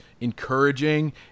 encouraging